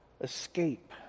escape